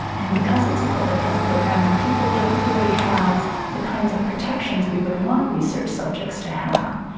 and because it's a public health program people don't clearly have the kinds of protections we would want research subjects to have.